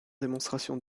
démonstrations